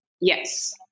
Yes